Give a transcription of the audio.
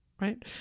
right